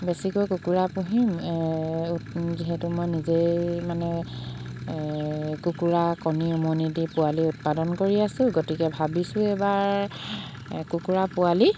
বেছিকৈ কুকুৰা পুহি যিহেতু মই নিজেই মানে এই কুকুৰা কণী উমনি দি পোৱালি উৎপাদন কৰি আছোঁ গতিকে ভাবিছোঁ এইবাৰ কুকুৰা পোৱালি